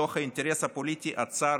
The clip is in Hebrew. מתוך האינטרס הפוליטי הצר